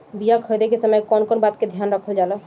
बीया खरीदे के समय कौन कौन बात के ध्यान रखल जाला?